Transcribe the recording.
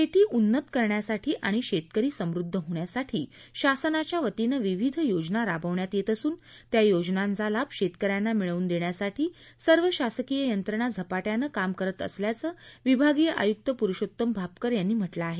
शेती उन्नत करण्यासाठी आणि शेतकरी समृद्ध होण्यासाठी शासनाच्या वतीनं विविध योजना राबवण्यात येत असून त्या योजनांचा लाभ शेतकर्यांना मिळवून देण्यासाठी सर्व शासकीय यंत्रणा झपाट्यानं काम करत असल्याचं विभागीय आयुक्त पुरुषोत्तम भापकर यांनी म्हटलं आहे